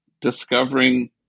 discovering